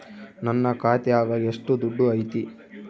ನನ್ನ ಖಾತ್ಯಾಗ ಎಷ್ಟು ದುಡ್ಡು ಐತಿ?